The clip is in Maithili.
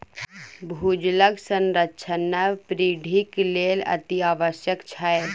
भूजलक संरक्षण नव पीढ़ीक लेल अतिआवश्यक छै